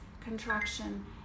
contraction